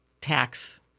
tax